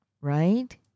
Right